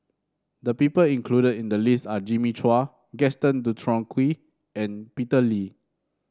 the people included in the list are Jimmy Chua Gaston Dutronquoy and Peter Lee